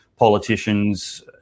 politicians